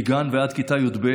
מגן ועד כיתה י"ב.